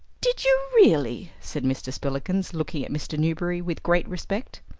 did you really! said mr. spillikins, looking at mr. newberry with great respect.